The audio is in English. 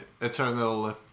eternal